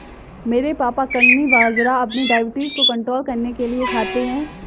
मेरे पापा कंगनी बाजरा अपनी डायबिटीज को कंट्रोल करने के लिए खाते हैं